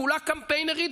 כולה קמפיינרית,